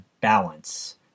balance